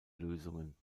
lösungen